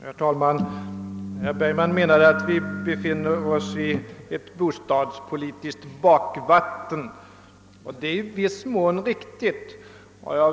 Herr talman! Herr Bergman sade att vi befinner oss i ett bostadspolitisk bakvatten, och det är i viss mån riktigt.